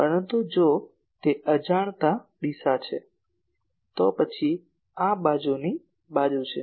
પરંતુ જો તે અજાણતાં દિશા છે તો પછી આ બાજુની બાજુ છે